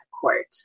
court